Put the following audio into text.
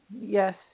Yes